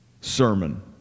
sermon